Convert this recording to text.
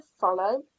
follow